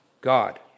God